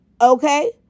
okay